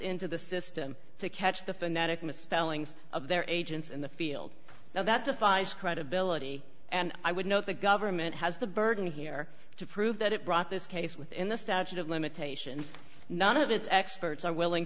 into the system to catch the phonetic misspellings of their agents in the field now that defies credibility and i would note the government has the burden here to prove that it brought this case within the statute of limitations none of its experts are willing